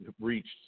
reached